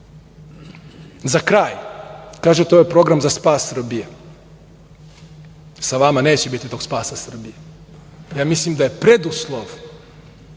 kraj, kažete da je ovo program za spas Srbije. Sa vama neće biti tog spasa Srbije. Ja mislim da je preduslov